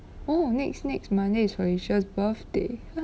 oh next next monday is felicia birthday